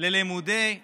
ללימודי הייטק.